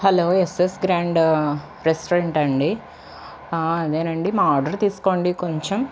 hello S S grand రెస్టారెంటాండి అదేనండి మా ఆర్డర్ తీసుకోండి కొంచెం